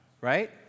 right